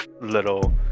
little